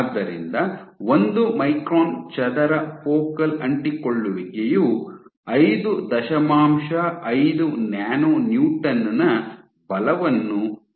ಆದ್ದರಿಂದ ಒಂದು ಮೈಕ್ರಾನ್ ಚದರ ಫೋಕಲ್ ಅಂಟಿಕೊಳ್ಳುವಿಕೆಯು ಐದು ದಶಮಾಂಶ ಐದು ನ್ಯಾನೊ ನ್ಯೂಟನ್ ನ ಬಲವನ್ನು ಉಳಿಸಿಕೊಳ್ಳುತ್ತದೆ